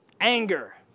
Anger